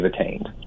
attained